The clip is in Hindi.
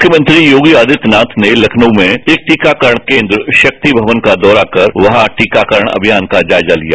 मुख्यमंत्री योगी आदित्यनाथ ने लखनऊ में एक टीकाकरण केंद्र शाक्ति भवन का दौरा कर वहां टीकाकरण अभियान का जायजा लिया